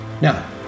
Now